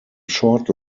short